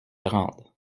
grandes